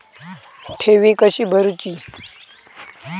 ठेवी कशी भरूची?